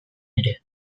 ere